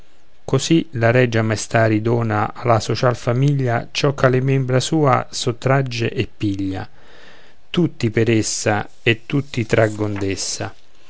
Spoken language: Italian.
così la regia maestà ridona alla social famiglia ciò che alle membra sue sottragge e piglia tutti per essa e tutti traggon d'essa